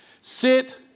Sit